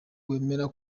wemera